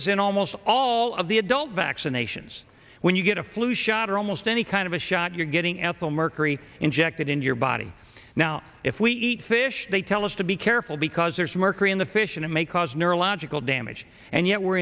is in almost all of the adult vaccinations when you get a flu shot or almost any kind of a shot you're getting ethylmercury injected in your body now if we eat fish they tell us to be careful because there's mercury in the fish and it may cause neurological damage and yet we're